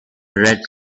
red